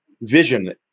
vision